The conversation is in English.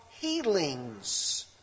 healings